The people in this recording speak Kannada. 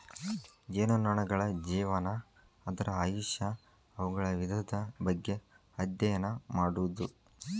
ಜೇನುನೊಣಗಳ ಜೇವನಾ, ಅದರ ಆಯುಷ್ಯಾ, ಅವುಗಳ ವಿಧದ ಬಗ್ಗೆ ಅದ್ಯಯನ ಮಾಡುದು